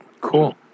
Cool